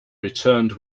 returned